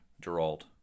Gerald